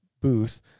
booth